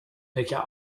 welcher